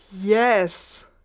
Yes